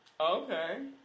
Okay